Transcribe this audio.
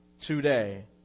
today